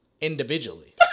Individually